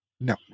No